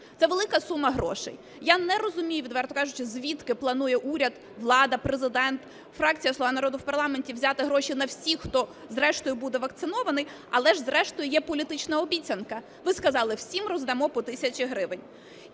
Це велика сума грошей. Я не розумію, відверто кажучи, звідки планує уряд, влада, Президент, фракція "Слуга народу" в парламенті взяти гроші на всіх, хто зрештою буде вакцинований. Але ж зрештою є політична обіцянка. Ви сказали: всім роздамо по тисячі гривень.